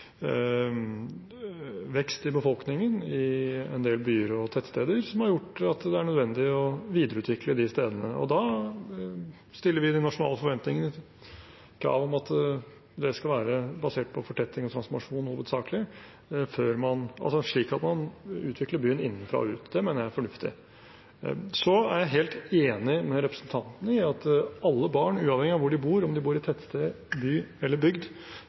vekst i befolkningen i en del byer og tettsteder, noe som har gjort at det er nødvendig å videreutvikle de stedene. Da stiller vi i Nasjonale forventninger krav om at det skal være basert på fortetting og transformasjon hovedsakelig, slik at man utvikler byen innenfra og ut. Det mener jeg er fornuftig. Jeg er helt enig med representanten i at alle barn, uavhengig av hvor de bor, om de bor i tettsted, by eller bygd,